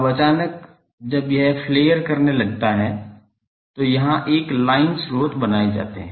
अब अचानक जब यह फ्लेयर करने लगता है तो यहां एक लाइन स्रोत बनाए जाते हैं